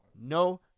No